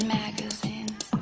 magazines